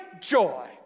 joy